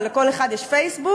ולכל אחד יש פייסבוק,